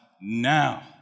now